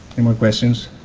and more questions?